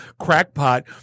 crackpot